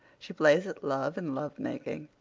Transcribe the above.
she plays at love and love-making.